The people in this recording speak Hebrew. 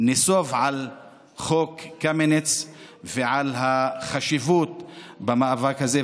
נסב על חוק קמיניץ ועל חשיבות המאבק הזה.